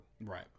Right